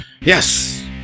Yes